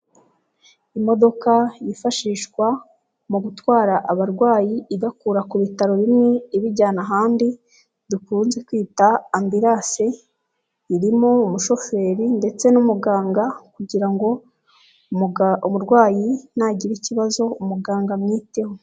Imodoka yifashishwa mu gutwara abarwayi ibakura ku bitaro bimwe ibajyana ahandi dukunze kwita ambirase, irimo umushoferi ndetse n'umuganga kugira ngo umurwayi nagire ikibazo umuganga amwiteho.